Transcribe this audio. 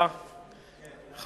עוד לא למדת אותו בעל-פה?